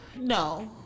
No